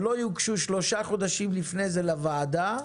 שלושה חודשים לפני כן לוועדה,